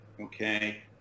okay